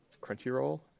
Crunchyroll